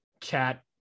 cat